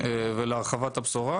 ולהרחבת הבשורה.